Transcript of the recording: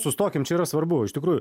sustokim čia yra svarbu iš tikrųjų